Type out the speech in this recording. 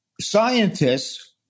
scientists